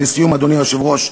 ולסיום, אדוני היושב-ראש,